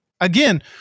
Again